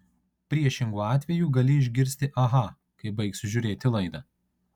priešingu atveju gali išgirsti aha kai baigsiu žiūrėti laidą